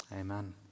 Amen